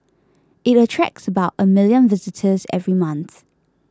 it attracts about a million visitors every month